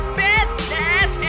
business